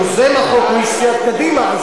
יוזם החוק הוא איש סיעת קדימה,